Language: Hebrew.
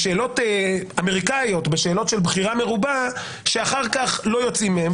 בשאלות אמריקאיות שאחר כך לא יוצאים מהן.